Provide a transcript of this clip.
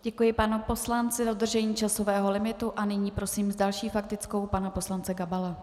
Děkuji poslanci za dodržení časového limitu a nyní prosím s další faktickou pana poslance Gabala.